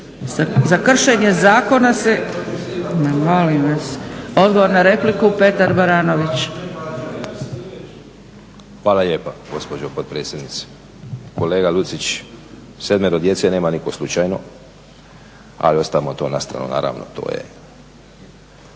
Petar Baranović. **Baranović, Petar (HNS)** Hvala lijepa gospođo potpredsjednice. Kolega Lucić, sedmero djece nema nitko slučajno ali ostavimo to na stranu, naravno to je